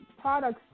products